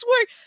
work